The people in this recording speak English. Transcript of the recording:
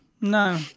No